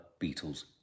Beatles